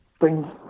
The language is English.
Bring